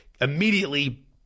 Immediately